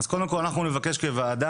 אז קודם כל אנחנו נבקש כוועדה,